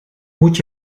moet